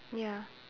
ya